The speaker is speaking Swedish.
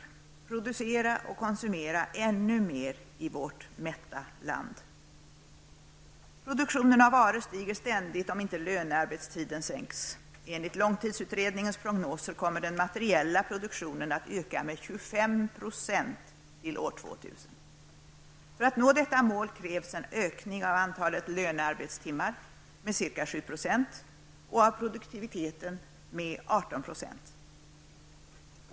Skall vi producera och konsumera ännu mer i vårt mätta land? Produktionen av varor stiger ständigt om inte lönearbetstiden förkortas. Enligt långtidsutredningens prognoser kommer den materiella produktionen att öka med 25 % till år 2000. För att nå detta mål krävs en ökning av antalet lönearbetstimmar med cirka 7 % och av produktiviteten med 18 %.